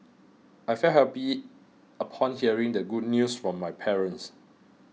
I felt happy upon hearing the good news from my parents